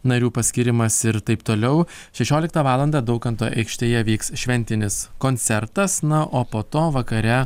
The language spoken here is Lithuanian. narių paskyrimas ir taip toliau šešioliktą valandą daukanto aikštėje vyks šventinis koncertas na o po to vakare